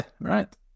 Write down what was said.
right